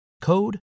code